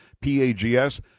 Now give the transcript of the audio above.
P-A-G-S